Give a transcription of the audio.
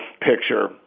picture